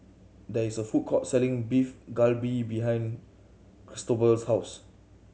there is a food court selling Beef Galbi behind Cristobal's house